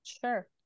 Sure